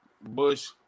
Bush